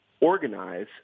organize